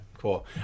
Cool